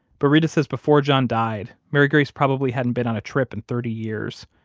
but reta says before john died, mary grace probably hadn't been on a trip in thirty years.